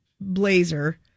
blazer